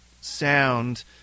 sound